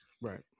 right